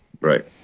right